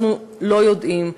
אנחנו לא יודעים.